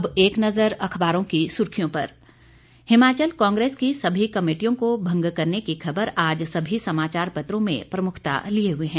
अब एक नज़र अखबारों की सुर्खियों पर हिमाचल कांग्रेस की सभी कमेटियों को भंग करने की खबर आज सभी समाचार पत्रों में प्रमुखता लिए हुए है